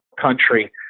country